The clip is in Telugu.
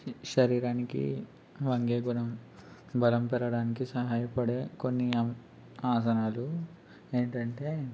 శరీరానికి వంగే గుణం బలం పెరగడానికి సహాయపడే కొన్ని ఆసనాలు ఏంటంటే